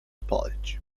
palić